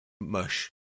mush